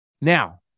Now